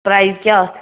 price کیٛاہ اَتھ